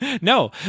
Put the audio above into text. No